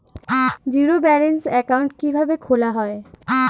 Zero balance account কিভাবে খোলা হয়?